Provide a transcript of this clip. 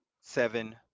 seven